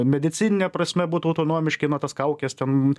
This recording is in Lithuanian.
medicinine prasme būt autonomiški na tas kaukes ten